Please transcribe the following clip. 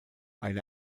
eine